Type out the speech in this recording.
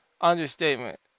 understatement